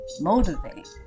motivate